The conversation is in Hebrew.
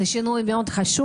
זה שינוי חשוב מאוד,